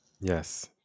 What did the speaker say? yes